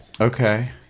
Okay